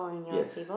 yes